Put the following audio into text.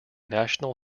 national